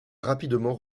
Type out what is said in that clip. rapidement